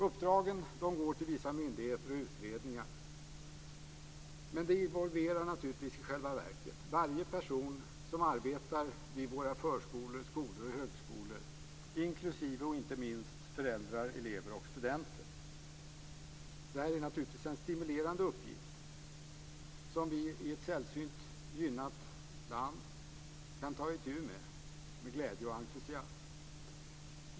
Uppdragen går till vissa myndigheter och utredningar men i själva verket involveras varje person som arbetar vid våra förskolor, skolor och högskolor - inklusive, och inte minst, föräldrar, elever och studenter. Det här är naturligtvis en stimulerande uppgift som vi i ett sällsynt gynnat land med glädje och entusiasm kan ta itu med.